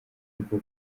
rwo